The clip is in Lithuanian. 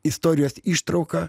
istorijos ištrauką